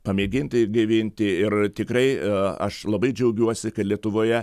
pamėginti gaivinti ir tikrai aš labai džiaugiuosi kad lietuvoje